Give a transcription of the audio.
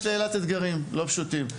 יש לאילת אתגרים לא פשוטים: